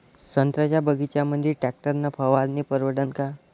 संत्र्याच्या बगीच्यामंदी टॅक्टर न फवारनी परवडन का?